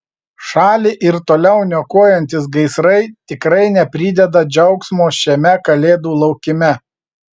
šalį ir toliau niokojantys gaisrai tikrai neprideda džiaugsmo šiame kalėdų laukime